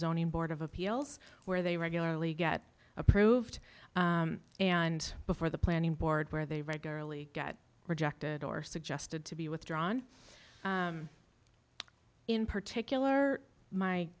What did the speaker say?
zoning board of appeals where they regularly get approved and before the planning board where they regularly get rejected or suggested to be withdrawn in particular my